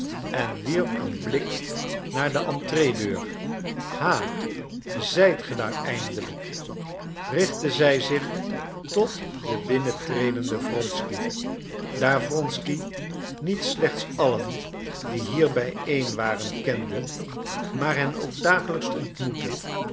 en wierp een blik naar de entreedeur ha zijt ge daar eindelijk richtte zij zich tot den binnentredenden wronsky daar wronsky niet slechts allen die hier bijeen waren kende maar hen ook dagelijks ontmoette